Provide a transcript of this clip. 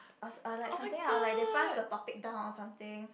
or or like something or like they pass the topic down or something